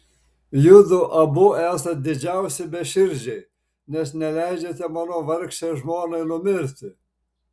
judu abu esat didžiausi beširdžiai nes neleidžiate mano vargšei žmonai numirti